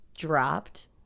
Dropped